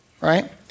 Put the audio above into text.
right